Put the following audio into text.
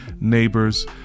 neighbors